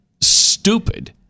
stupid